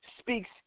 speaks